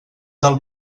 del